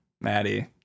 maddie